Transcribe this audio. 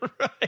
Right